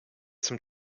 zum